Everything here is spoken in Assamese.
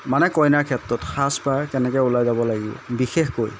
মানে কইনাৰ ক্ষেত্ৰত সাজপাৰ কেনেকৈ ওলাই যাব লাগিব বিশেষকৈ